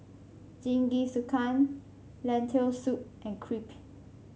Jingisukan Lentil Soup and Crepe